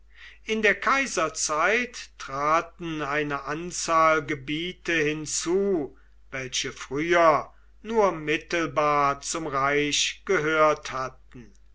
in der kaiserzeit traten eine anzahl gebiete hinzu welche früher nur mittelbar zum reich gehört hatten